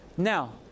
Now